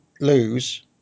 lose